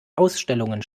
ausstellungen